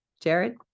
Jared